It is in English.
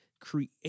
create